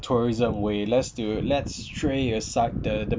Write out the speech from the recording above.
tourism way let's do it let's stray aside the